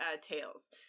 tails